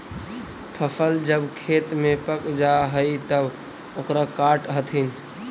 फसल जब खेत में पक जा हइ तब ओकरा काटऽ हथिन